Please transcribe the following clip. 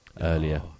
Earlier